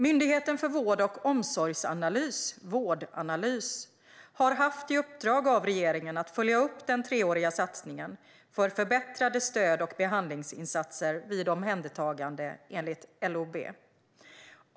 Myndigheten för vård och omsorgsanalys, Vårdanalys, har haft i uppdrag av regeringen att följa upp den treåriga satsningen för förbättrade stöd och behandlingsinsatser vid omhändertagande enligt LOB.